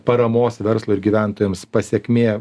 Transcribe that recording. paramos verslo ir gyventojams pasekmė